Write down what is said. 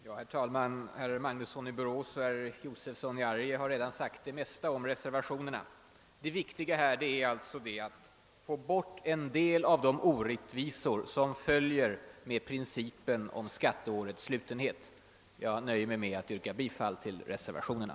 Herr talman! Herr Magnusson i Borås och herr Josefson i Arrie har redan sagt en del om reservationerna. Det viktiga är alltså att få bort flera av de orättvisor som följer med principen om skatteårets slutenhet. Jag yrkar bifall till reservationerna.